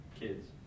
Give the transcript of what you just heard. Kids